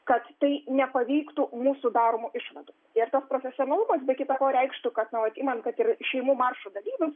kad tai nepaveiktų mūsų daroma išvada ir tas profesionalus be kita ko reikštų kad na vat imant kad ir šeimų maršo dalyvius